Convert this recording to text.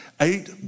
eight